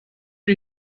sie